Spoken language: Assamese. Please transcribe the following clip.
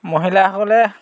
মহিলাসকলে